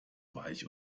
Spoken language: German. weich